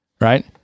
Right